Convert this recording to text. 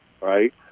right